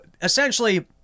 essentially